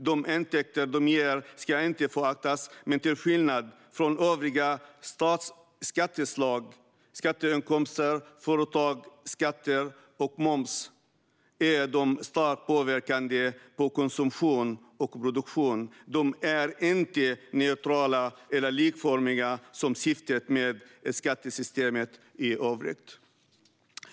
De intäkter de ger ska inte föraktas, men till skillnad från övriga skatteslag - inkomstskatter, företagsskatter och moms - är de starkt påverkande på konsumtion och produktion. De är inte neutrala eller likformiga, som syftet är med skattesystemet i övrigt.